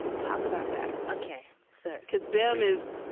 talk about that. okay. so cause boom is.